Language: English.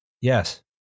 Yes